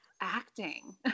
acting